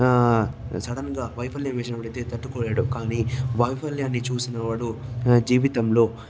సడన్గా వైఫల్య విషయమైతే తట్టుకోలేడు కానీ వైఫల్యాన్ని చూసినవాడు జీవితంలో